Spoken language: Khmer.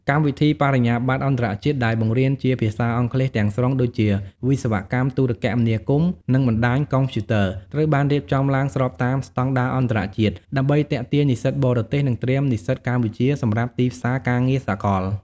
កម្មវិធីបរិញ្ញាបត្រអន្តរជាតិដែលបង្រៀនជាភាសាអង់គ្លេសទាំងស្រុង ដូចជា វិស្វកម្មទូរគមនាគមន៍ និងបណ្តាញកុំព្យូទ័រ ត្រូវបានរៀបចំឡើងស្របតាមស្តង់ដារអន្តរជាតិ ដើម្បីទាក់ទាញនិស្សិតបរទេស និងត្រៀមនិស្សិតកម្ពុជាសម្រាប់ទីផ្សារការងារសកល។